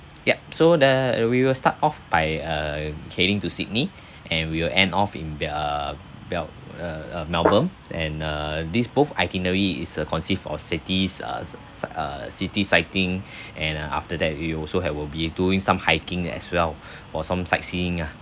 yup so the we will start off by uh heading to sydney and will end off in a bel~ uh uh melbourne and err this both itinerary is a consist of cities uh s~ uh city cycling and uh after that we also have will be doing some hiking as well or some sightseeing ah